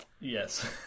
Yes